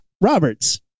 Roberts